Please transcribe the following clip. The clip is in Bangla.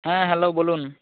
হ্যাঁ হ্যালো বলুন